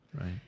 right